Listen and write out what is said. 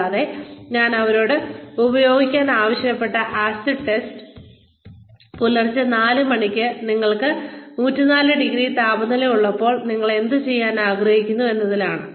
കൂടാതെ ഞാൻ അവരോട് ഉപയോഗിക്കാൻ ആവശ്യപ്പെട്ട ആസിഡ് ടെസ്റ്റ് പുലർച്ചെ 4 മണിക്ക് നിങ്ങൾക്ക് 104 ഡിഗ്രി താപനില ഉള്ളപ്പോൾ നിങ്ങൾ എന്തുചെയ്യാൻ ആഗ്രഹിക്കുന്നു എന്നതാണ്